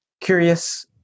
curious